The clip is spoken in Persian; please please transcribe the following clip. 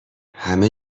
همه